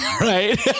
Right